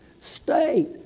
state